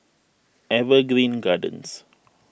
Evergreen Gardens